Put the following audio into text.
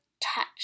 touch